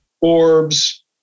Orbs